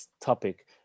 topic